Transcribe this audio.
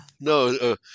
no